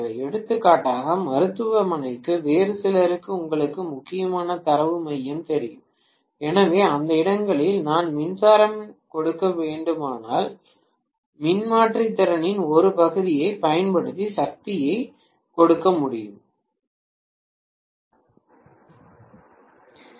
எடுத்துக்காட்டாக மருத்துவமனைக்கு வேறு சிலருக்கு உங்களுக்கு முக்கியமான தரவு மையம் தெரியும் எனவே அந்த இடங்களில் நான் மின்சாரம் கொடுக்க வேண்டுமானால் மின்மாற்றி திறனின் ஒரு பகுதியைப் பயன்படுத்தி சக்தியை கொடுக்க முடியும்